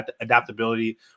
adaptability